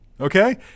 okay